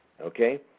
okay